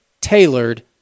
tailored